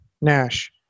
Nash